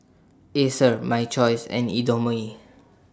Acer My Choice and Indomie